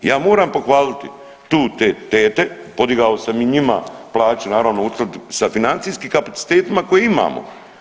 Ja moram pohvaliti tu te tete, podigao sam i njima plaća naravno … sa financijskim kapacitetima koje imamo.